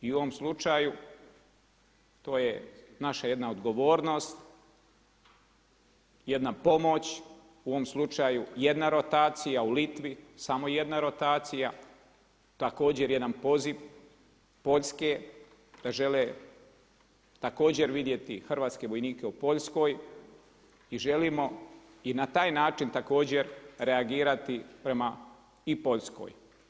I u ovom slučaju to je naša jedna odgovornost, jedna pomoć u ovom slučaju jedna rotacija u Litvi, samo jedna rotacija, također jedan poziv Poljske da žele također vidjeti hrvatske vojnike u Poljskoj i želimo i na taj način također reagirati i prema Poljskoj.